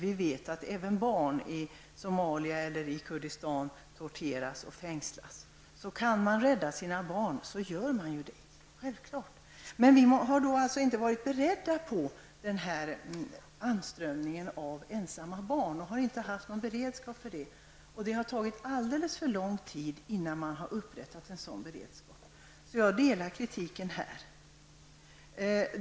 Vi vet att även barn i Somalia och Kurdistan torteras och fängslas. Så om man kan rädda sina barn gör man självfallet det. Men vi har inte varit beredda på denna anstormning av ensamma barn och inte haft någon beredskap för detta. Det har tagit alldeles för lång tid innan man har upprättat en sådan beredskap. Jag delar därför kritiken i detta sammanhang.